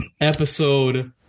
episode